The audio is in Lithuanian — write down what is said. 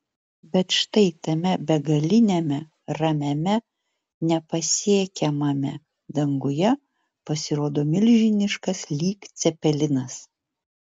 bet štai tame begaliniame ramiame nepasiekiamame danguje pasirodo milžiniškas lyg cepelinas